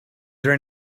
there